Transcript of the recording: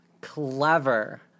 Clever